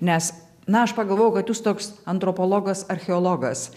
nes na aš pagalvojau kad jūs toks antropologas archeologas